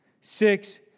six